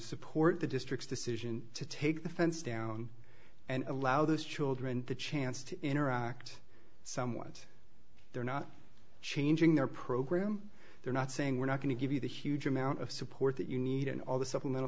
support the district's decision to take the fence down and allow those children the chance to interact somewhat they're not changing their program they're not saying we're not going to give you the huge amount of support that you need and all the supplemental